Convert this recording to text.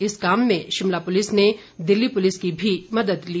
इस काम में शिमला पुलिस ने दिल्ली पुलिस की भी मदद ली